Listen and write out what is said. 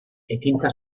ekintza